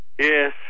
Yes